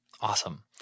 Awesome